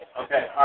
Okay